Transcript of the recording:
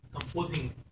composing